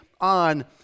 on